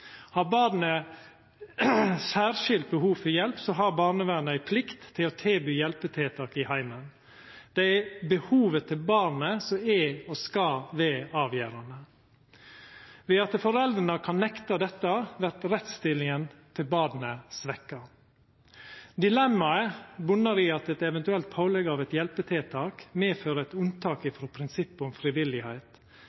Har barnet særskilt behov for hjelp, har barnevernet plikt til å tilby hjelpetiltak i heimen. Det er behovet til barnet som er og skal vera avgjerande. Ved at foreldra kan nekta dette vert rettsstillinga til barna svekt. Dilemmaet botnar i at eit eventuelt pålegg om hjelpetiltak medfører eit unntak